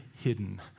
hidden